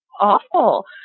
awful